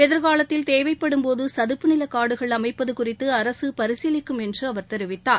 எதிர்காலத்தில் தேவைப்படும் போது சதுப்பு நில காடுகள் அமைப்பது குறித்து அரசு பரிசீலிக்கும் என்று அவர் தெரிவித்தார்